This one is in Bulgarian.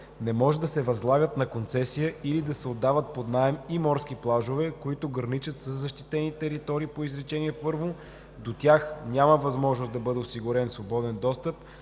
„не може да се възлагат на концесия или да се отдават под наем и морски плажове, които граничат със защитени територии по изречение първо, до тях няма възможност да бъде осигурен свободен достъп